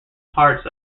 hearts